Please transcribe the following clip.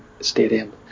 stadium